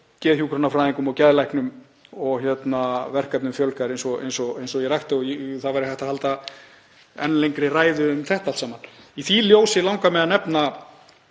á hjúkrunarfræðingum og geðlæknum og verkefnum fjölgar eins og ég rakti. Það væri hægt að halda enn lengri ræðu um þetta allt saman. Í því ljósi langar mig að nefna